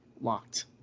locked